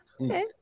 Okay